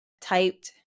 typed